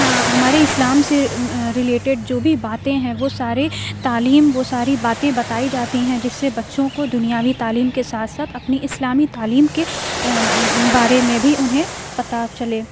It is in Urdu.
ہمارے اسلام سے رلیٹڈ جو بھی باتیں ہیں وہ سارے تعلیم وہ ساری باتیں بتائی جاتی ہیں جس سے بچوں کو دنیاوی تعلیم کے ساتھ ساتھ اپنی اسلامی تعلیم کے بارے میں بھی انہیں پتا چلے